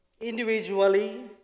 individually